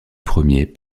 premier